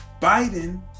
Biden